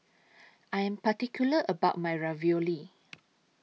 I Am particular about My Ravioli